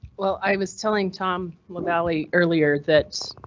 well, i was telling tom lavalley earlier that.